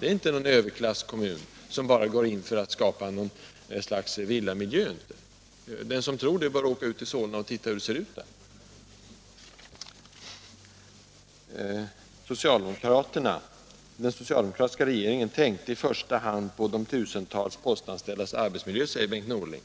Det är inte någon överklasskommun som bara går in för att skapa något slags villamiljö. Den som tror det bör åka ut till Solna och titta på hur det ser ut där. Den socialdemokratiska regeringen tänkte i första hand på de tusentals postanställdas arbetsmiljö, säger Bengt Norling.